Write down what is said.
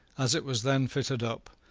as it was then fitted up,